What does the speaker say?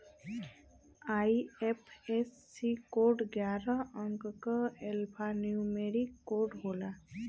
IFSC code ग्यारह अंक क एल्फान्यूमेरिक कोड होला